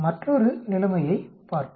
மற்றொரு நிலைமையைப் பார்ப்போம்